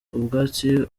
ubwatsi